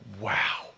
wow